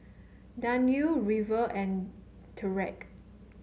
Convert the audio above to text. Danyel River and Tyreke